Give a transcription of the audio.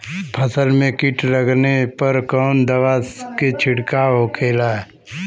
फसल में कीट लगने पर कौन दवा के छिड़काव होखेला?